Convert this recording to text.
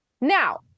Now